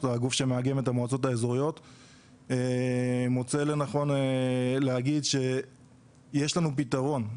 הגוף שמאגד את המועצות האזוריות מוצא לנכון להגיד שיש לנו פתרון,